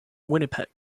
winnipeg